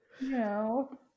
no